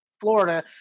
Florida